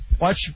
Watch